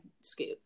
scoop